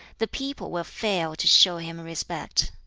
the people will fail to show him respect.